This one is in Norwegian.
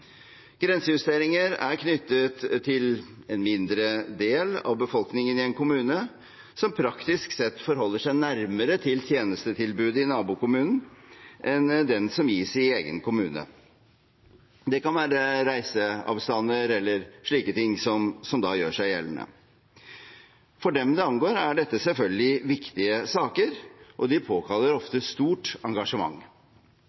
er knyttet til at en mindre del av befolkningen i en kommune praktisk sett forholder seg nærmere til tjenestetilbudet i nabokommunen enn til det som gis i egen kommune. Det kan være reiseavstander eller slike ting som gjør seg gjeldende. For dem det angår, er dette selvfølgelig viktige saker, og de påkaller